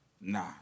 Nah